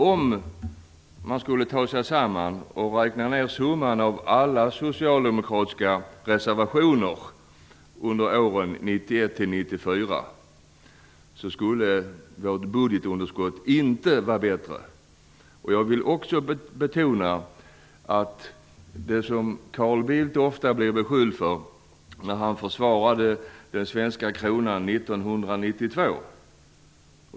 Om man skulle ta sig samman och räkna ned summan av alla socialdemokratiska reservationer under åren 1991-1994 skulle vårt budgetunderskott inte vara bättre. Carl Bildt får ofta skulden för att han försvarade den svenska kronan 1992.